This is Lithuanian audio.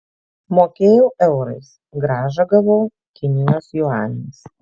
mokėjau eurais grąžą gavau kinijos juaniais